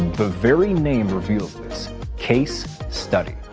the very name reveals this case study.